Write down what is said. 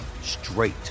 straight